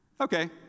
Okay